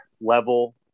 level